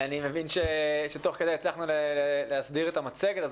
אני מבין שתוך כדי הצלחנו להסדיר את המצגת.